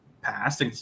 passed